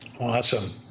Awesome